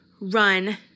run